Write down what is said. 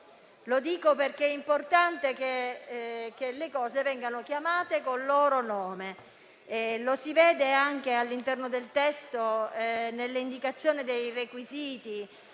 Lo dico perché è importante che le cose vengano chiamate con il loro nome. Ciò si evince anche all'interno del testo, nelle indicazioni dei requisiti.